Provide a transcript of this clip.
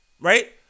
right